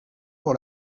pour